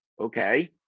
okay